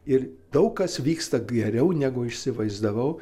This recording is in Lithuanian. ir daug kas vyksta geriau negu įsivaizdavau